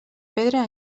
pedra